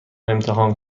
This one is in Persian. امتحان